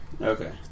Okay